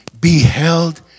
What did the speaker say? beheld